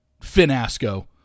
Finasco